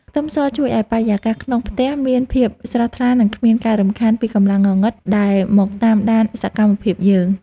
ខ្ទឹមសជួយឱ្យបរិយាកាសក្នុងផ្ទះមានភាពស្រស់ថ្លានិងគ្មានការរំខានពីកម្លាំងងងឹតដែលមកតាមដានសកម្មភាពយើង។